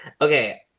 Okay